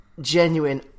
genuine